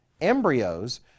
embryos